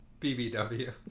BBW